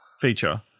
feature